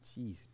Jeez